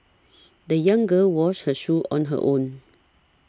the young girl washed her shoes on her own